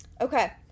Okay